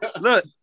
Look